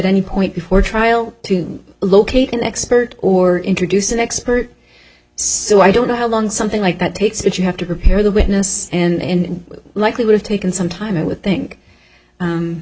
any point before trial to locate an expert or introduce an expert so i don't know how long something like that takes that you have to prepare the witness and likely would have taken some time it would think